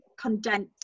condense